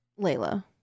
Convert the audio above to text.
Layla